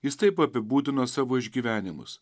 jis taip apibūdino savo išgyvenimus